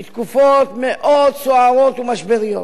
מתקופות מאוד סוערות ומשבריות.